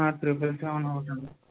triple seven ఒకటి అండి